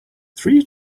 three